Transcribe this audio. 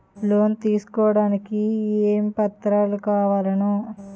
Loan తీసుకోడానికి ఏమేం పత్రాలు కావలెను?